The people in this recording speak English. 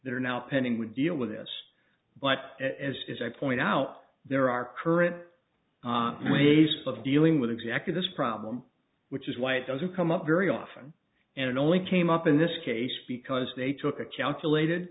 are now pending would deal with this but as as i point out there are current ways of dealing with exactly this problem which is why it doesn't come up very often and it only came up in this case because they took a calculated